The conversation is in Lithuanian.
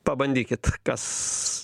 pabandykit kas